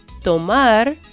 tomar